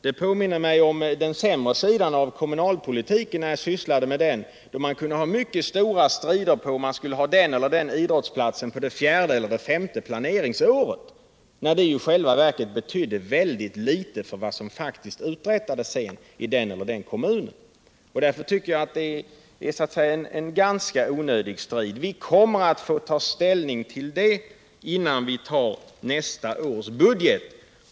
Det påminner mig om den sämre sidan av kommunalpolitiken — när jag sysslade med den — där man kunde ha en stor strid om den eller den idrottsplatsen skulle ligga på fjärde eller femte planeringsåret medan detta i själva verket betydde väldigt litet för vad som sedan uträttades i den aktuella kommunen. Därför tycker jag det här är en ganska onödig strid. Vi kommer att få ta ställning till detta innan vi tar nästa års budget.